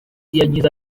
yagize